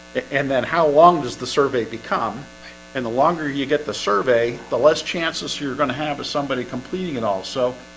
and then how long does the survey become and the longer you get the survey the less chances you're gonna have is somebody completing it and also